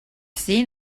seen